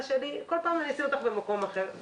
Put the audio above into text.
שלי וכל פעם אני אשים אותך במקום אחר.